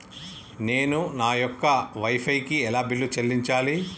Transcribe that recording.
నేను నా యొక్క వై ఫై కి ఎలా బిల్లు చెల్లించాలి?